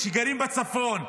שגרים בצפון,